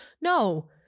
No